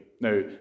Now